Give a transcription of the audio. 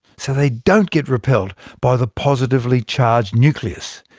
so they don't get repelled by the positively charged nucleus.